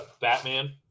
Batman